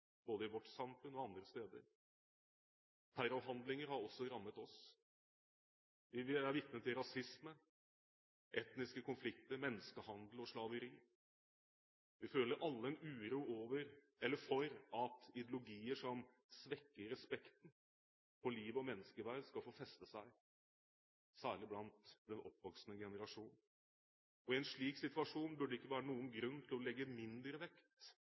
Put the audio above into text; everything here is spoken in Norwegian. både i vårt samfunn og andre steder. Terrorhandlinger har også rammet oss. Vi er vitne til rasisme, etniske konflikter, menneskehandel og slaveri. Vi føler alle en uro for at ideologier som svekker respekten for liv og menneskeverd, skal få feste seg, særlig hos den oppvoksende generasjon. I en slik situasjon burde det ikke være noen grunn til å legge mindre vekt